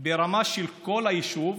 ברמה של כל היישוב.